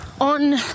on